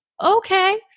okay